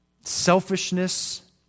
selfishness